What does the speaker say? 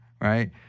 right